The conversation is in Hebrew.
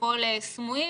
כביכול סמויים